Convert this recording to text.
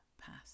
pass